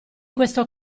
questo